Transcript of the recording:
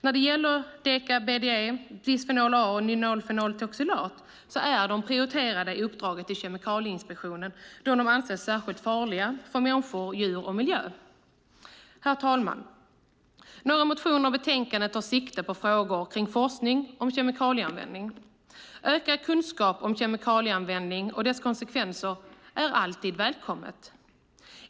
När det gäller deka-BDE, bisfenol A och nonylfenoletoxilat är de prioriterade i uppdraget till Kemikalieinspektionen, då de anses särskilt farliga för människor, djur och miljö. Herr talman! Några motioner i betänkandet tar sikte på frågor kring forskning om kemikalieanvändning. Ökad kunskap om kemikalieanvändning och dess konsekvenser är alltid välkommet.